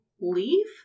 leave